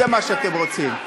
זה מה שאתם רוצים.